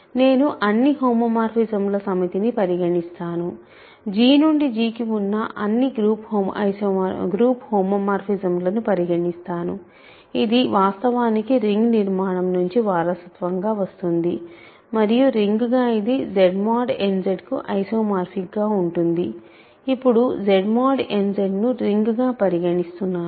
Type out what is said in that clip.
నేను అన్ని హోమోమార్ఫిజమ్ల సమితిని పరిగణిస్తాను G నుండి G కి ఉన్న అన్ని గ్రూప్ హోమోమార్ఫిజమ్లను పరిగణిస్తాను ఇది వాస్తవానికి రింగ్ నిర్మాణం నుంచి వారసత్వంగా వస్తుంది మరియు రింగ్గా ఇది Z mod n Z కు ఐసోమార్ఫిక్ గా ఉంటుంది ఇప్పుడు Z mod n Z ను రింగ్ గా పరిగణిస్తున్నాను